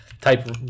type